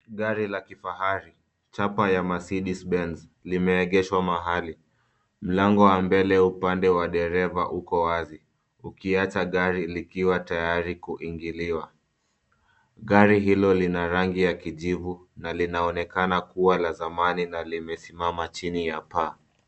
Gari la kifahari, chapa ya Mercedes Benz limeegeshwa mahali. Mlango wa mbele upande wa dereva uko wazi ukiacha gari likiwa tayari kuingiliwa. Gari hilo lina rangi ya kijivu na linaonekana kuwa la zamani na limesimama chini ya paa.